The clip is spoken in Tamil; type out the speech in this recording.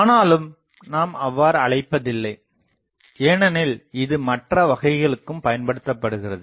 ஆனாலும் நாம் அவ்வாறு அழைப்பதில்லைஏனெனில் இது மற்ற வகைகளுக்கும் பயன்படுத்தப்படுகிறது